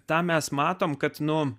tą mes matome kad nu